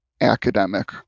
academic